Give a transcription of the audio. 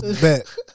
bet